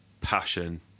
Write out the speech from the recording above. passion